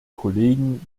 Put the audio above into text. kollegen